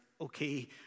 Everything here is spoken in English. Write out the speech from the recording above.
okay